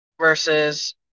versus